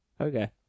Okay